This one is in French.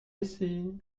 ici